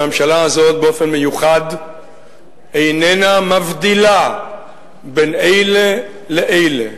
שהממשלה הזאת באופן מיוחד איננה מבדילה בין אלה לאלה,